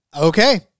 Okay